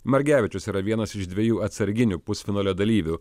margevičius yra vienas iš dviejų atsarginių pusfinalio dalyvių